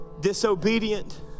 disobedient